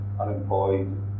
unemployed